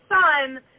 son